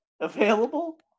Available